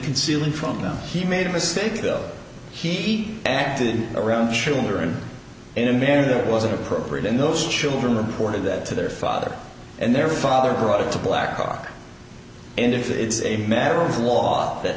concealing from them he made a mistake that he acted around children in a manner that wasn't appropriate in those children reported that to their father and their father brought it to blackhawk and if it's a matter of law that